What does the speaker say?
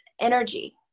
energy